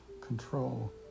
control